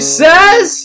says